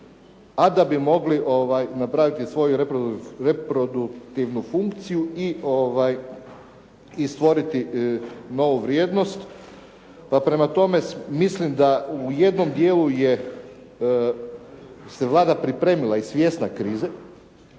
a da bi mogli napraviti svoju reproduktivnu funkciju i stvoriti novu vrijednost. Pa prema tome, mislim da u jednom dijelu je, se Vlada pripremila i svjesna krize,